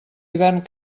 hivern